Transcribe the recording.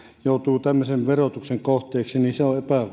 joutuvat tämmöisen verotuksen kohteeksi niin se